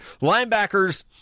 Linebackers